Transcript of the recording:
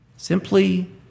Simply